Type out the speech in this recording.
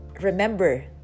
remember